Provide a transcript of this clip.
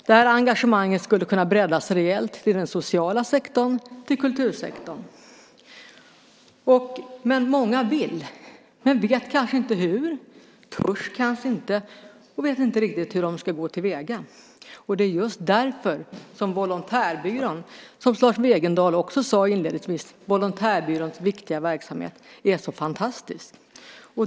Det här engagemanget skulle kunna breddas rejält i den sociala sektorn och kultursektorn. Många vill men vet kanske inte hur, törs kanske inte och vet inte riktigt hur de ska gå till väga. Det är just därför som Volontärbyråns viktiga verksamhet, som Lars Wegendal också sade inledningsvis, är så fantastisk.